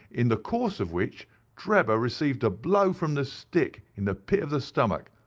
in the course of which drebber received a blow from the stick, in the pit of the stomach,